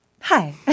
Hi